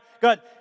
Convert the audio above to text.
God